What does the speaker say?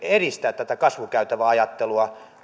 edistää tätä kasvukäytäväajattelua